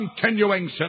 continuing